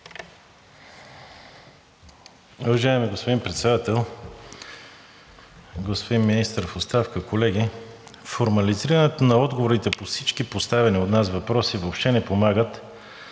Уважаеми господин Председател, господин Министър в оставка, колеги! Формализирането на отговорите по всички поставени от нас въпроси въобще не помага,